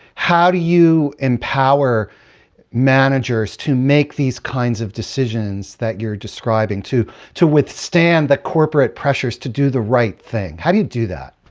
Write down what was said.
how do you empower managers to make these kinds of decisions that you're describing, to to withstand the corporate pressures to do the right thing? how do you do that?